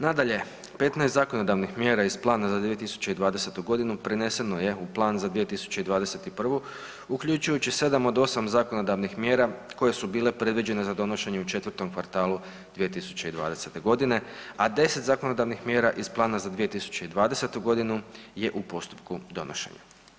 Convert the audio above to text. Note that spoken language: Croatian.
Nadalje, 15 zakonodavnih mjera iz plana za 2020. godinu preneseno je u plan za 2021. uključujući 7 od 8 zakonodavnih mjera koje su bile predviđene za donošenje u četvrtom kvartalu 2020. godine, a 10 zakonodavnih mjera iz plana za 2020. godinu je u postupku donošenja.